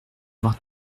voir